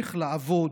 להמשיך לעבוד,